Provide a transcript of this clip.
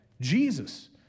Jesus